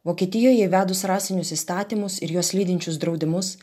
vokietijoje įvedus rasinius įstatymus ir juos lydinčius draudimus